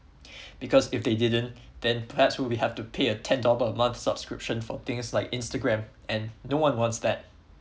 because if they didn't then perhaps we will have to pay a ten dollar a month subscription for things like instagram and no one wants that